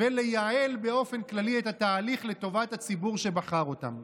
ולייעל באופן כללי את התהליך לטובת הציבור שבחר אותם.